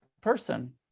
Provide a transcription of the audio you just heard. person